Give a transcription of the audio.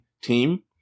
team